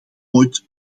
ooit